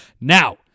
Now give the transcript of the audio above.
Now